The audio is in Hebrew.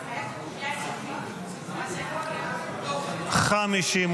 כהצעת הוועדה, נתקבל.